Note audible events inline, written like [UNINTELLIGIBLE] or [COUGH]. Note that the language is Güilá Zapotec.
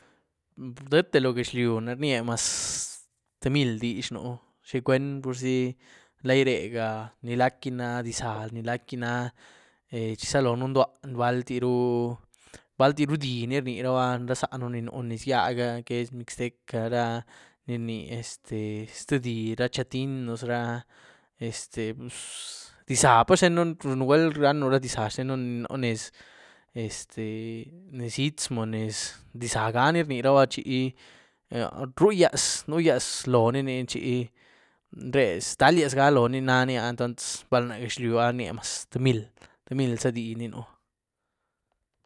Dïétè lo gaxliú ná rnié maz [HESITATION] tïé mil dizh nú, xi cwuen, purzi lairega nílac'gí nah diza, nílac'gí nah eh chizalonú ndua baltiru, baltiru dì ni rníraba, ra zánú ni nú nez gíaga lo que es mixteca, ra ni rníe [HESITATION] este ztïé dizh, ra chatinos ra, [HESITATION] este [UNINTELLIGIBLE] diza pa xteën nugwel ranën ra diza xteën ni nú nez [HESITATION] este nez istmo nez, dizaga ni rníera chi nugyiaz-nugyiaz loóni ni chi re ztaliazga loóni nani, entoncs bal na gaxliú náh rníe maz tïé mil, tïé mil za dizh ní nú.